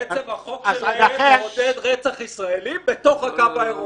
בעצם החוק שלהם מעודד רצח ישראלים בתוך הקו הירוק.